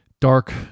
dark